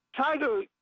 Tiger